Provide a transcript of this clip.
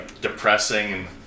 depressing